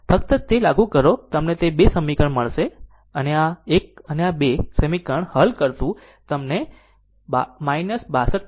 ફક્ત તે લાગુ કરો કે તમને તે 2 સમીકરણ મળશે અને આ છે આ 1 અને 2 નું સમીકરણ હલ કરતું તમને મળશે 62